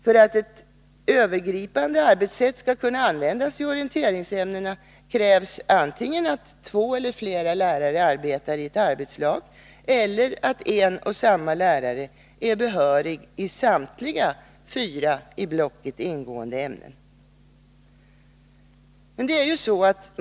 För att ett övergripande arbetssätt skall kunna användas i orienteringsämnena krävs antingen att två eller flera lärare arbetar i arbetslag eller att en och samma lärare är behörig i samtliga fyra i blocket ingående ämnen.